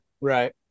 right